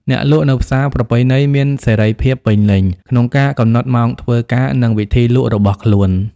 អ្នកលក់នៅផ្សារប្រពៃណីមានសេរីភាពពេញលេញក្នុងការកំណត់ម៉ោងធ្វើការ និងវិធីលក់របស់ខ្លួន។